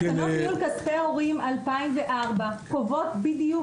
תקנות ניהול כספי הורים 2004 קובעות בדיוק